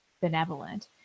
benevolent